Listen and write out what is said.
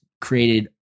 created